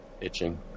itching